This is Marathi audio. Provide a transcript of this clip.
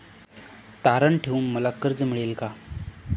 तारण ठेवून मला कर्ज मिळेल का?